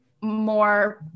more